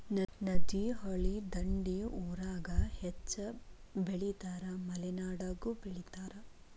ನದಿ, ಹೊಳಿ ದಂಡಿ ಊರಾಗ ಹೆಚ್ಚ ಬೆಳಿತಾರ ಮಲೆನಾಡಾಗು ಬೆಳಿತಾರ